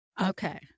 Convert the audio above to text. okay